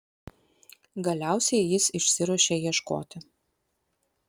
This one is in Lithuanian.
galiausiai jis išsiruošia ieškoti